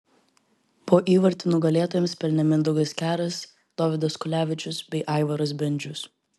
po įvartį nugalėtojams pelnė mindaugas keras dovydas kulevičius bei aivaras bendžius